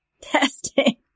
testing